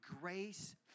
grace